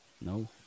No